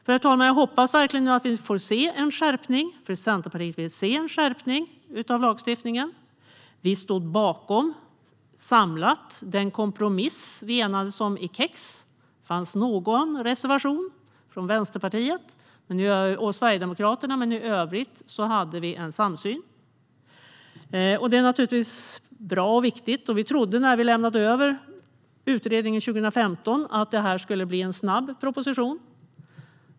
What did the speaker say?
Jag hoppas verkligen, herr talman, att vi nu får se en skärpning, för Centerpartiet vill se en skärpning av lagstiftningen. Vi står samlat bakom den kompromiss som vi enades om i KEX-utredningen. Där fanns någon reservation från Vänsterpartiet respektive Sverigedemokraterna, men i övrigt hade vi en samsyn. Detta är naturligtvis bra och viktigt. När vi lämnade över utredningen 2015 trodde vi att det skulle bli en snabb proposition.